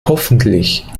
hoffentlich